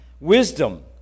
wisdom